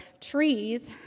trees